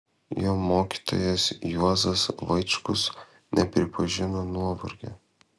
jo mokytojas juozas vaičkus nepripažino nuovargio